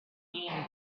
being